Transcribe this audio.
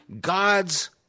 God's